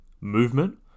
movement